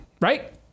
right